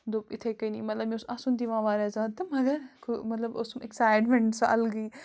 دوٚپ یِتھَے کٔنی مطلب مےٚ اوس اَسُن تہِ یِوان واریاہ زیادٕ تہٕ مَگر مطلب اوسُم اٮ۪کسایٹمٮ۪نٛٹ سُہ اَلگٕے